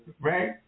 right